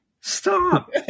Stop